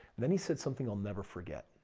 then he said something i'll never forget.